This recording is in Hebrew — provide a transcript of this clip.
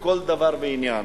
בכל דבר ועניין,